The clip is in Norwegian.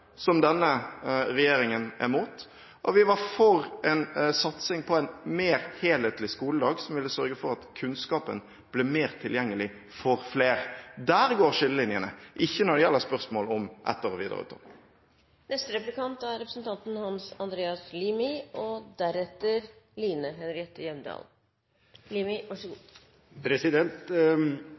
som denne regjeringen er imot, og vi var for en satsing på en mer helhetlig skoledag som ville sørge for at kunnskapen ble mer tilgjengelig for flere. Der går skillelinjene – ikke når det gjelder spørsmål om etter- og videreutdanning. Jeg opplever at SV har stor tro på offentlig monopol og